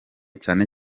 cyane